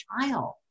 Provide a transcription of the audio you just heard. child